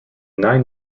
nine